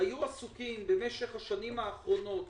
היו עסוקים במשך השנים האחרונות